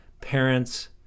parents